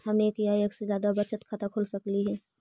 हम एक या एक से जादा बचत खाता खोल सकली हे?